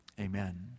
Amen